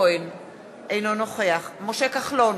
אינו נוכח מאיר כהן, אינו נוכח משה כחלון,